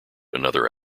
another